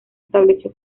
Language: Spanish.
estableció